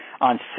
On